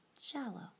shallow